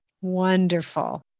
Wonderful